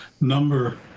number